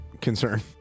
Concern